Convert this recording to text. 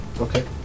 Okay